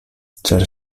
ĉar